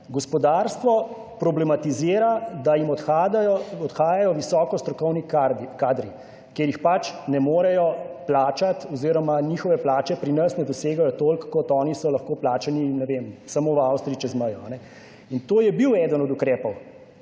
Gospodarstvo problematizira, da jim odhajajo, odhajajo visoko strokovni kadri, ker jih pač ne morejo plačati oziroma njihove plače pri nas ne dosegajo toliko kot oni so lahko plačani, ne vem, samo v Avstriji, čez mejo. In to je bil eden od ukrepov,